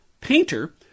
painter